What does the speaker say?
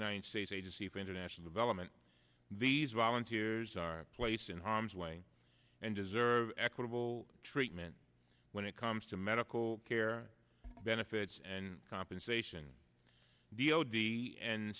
united states agency for international development these volunteers are placed in harm's way and deserve equitable treatment when it comes to medical care benefits and compensation d o d and